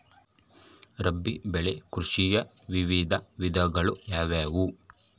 ರಾಬಿ ಬೆಳೆ ಕೃಷಿಯ ವಿವಿಧ ವಿಧಗಳು ಯಾವುವು?